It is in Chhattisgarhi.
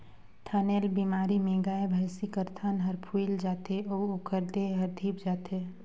थनैल बेमारी में गाय, भइसी कर थन हर फुइल जाथे अउ ओखर देह हर धिप जाथे